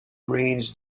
rains